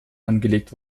angelegt